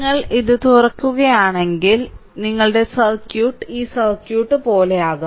നിങ്ങൾ ഇത് തുറക്കുകയാണെങ്കിൽ നിങ്ങളുടെ സർക്യൂട്ട് ഈ സർക്യൂട്ട് പോലെയാകും